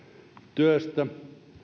työstä